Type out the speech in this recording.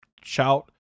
shout